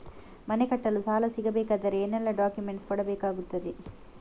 ಮನೆ ಕಟ್ಟಲು ಸಾಲ ಸಿಗಬೇಕಾದರೆ ಏನೆಲ್ಲಾ ಡಾಕ್ಯುಮೆಂಟ್ಸ್ ಕೊಡಬೇಕಾಗುತ್ತದೆ?